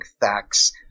facts